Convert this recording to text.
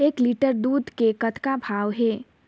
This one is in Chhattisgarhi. एक लिटर दूध के कतका भाव हे?